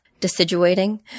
deciduating